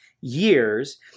years